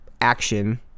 Action